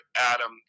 Adam